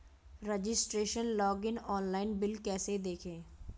Registration login online bill कैसे देखें?